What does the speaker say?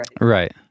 right